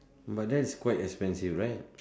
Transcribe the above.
but that's quite expensive right